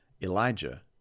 Elijah